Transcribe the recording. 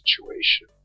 situation